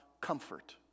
comfort